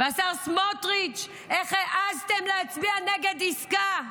והשר סמוטריץ', איך העזתם להצביע נגד עסקה?